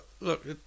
look